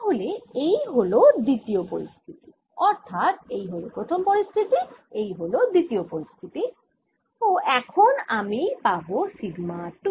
তাহলে এই হল দ্বিতীয় পরিস্থিতি অর্থাৎ এই হল প্রথম পরিস্থিতি এই হল দ্বিতীয় পরিস্থিতি ও এখন আমি পাবো সিগমা 2